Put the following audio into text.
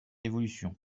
évolution